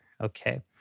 Okay